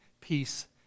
peace